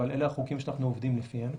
אבל אלה החוקים שאנחנו עובדים לפיהם